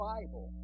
Bible